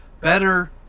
better